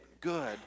good